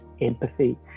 empathy